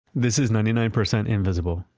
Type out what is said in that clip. this is ninety nine percent invisible.